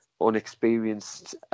unexperienced